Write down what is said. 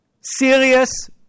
serious